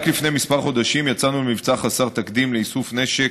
רק לפני כמה חודשים יצאנו במבצע חסר תקדים לאיסוף נשק,